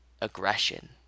aggression